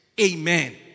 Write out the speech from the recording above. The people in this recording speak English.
Amen